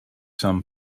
some